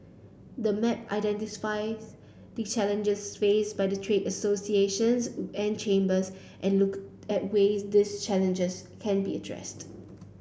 the map identifies the challenges face by trade associations and chambers and look at ways these challenges can be addressed